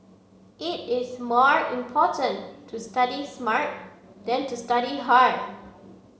it is more important to study smart than to study hard